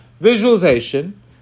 visualization